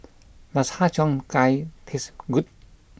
does Har Cheong Gai taste good